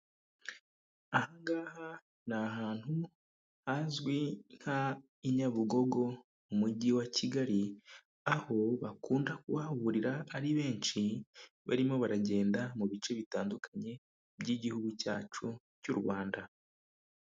Ahangaha ni ahantu hazwi nka i Nyabugogo mu mujyi wa Kigali, aho bakunda kuhahurira ari benshi barimo baragenda mu bice bitandukanye by'igihugu cyacu cy'u Rwanda.